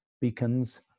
beacons